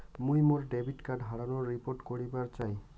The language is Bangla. মুই মোর ডেবিট কার্ড হারানোর রিপোর্ট করিবার চাই